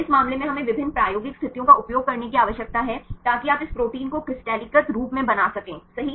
तो इस मामले में हमें विभिन्न प्रायोगिक स्थितियों का उपयोग करने की आवश्यकता है ताकि आप इस प्रोटीन को क्रिस्टलीकृत रूप में बना सकें सही